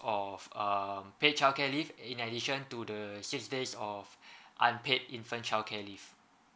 of um paid child care leave in addition to the six days of unpaid infant childcare leave